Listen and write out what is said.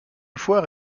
foire